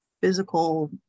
physical